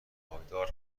پایدار